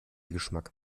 geschmack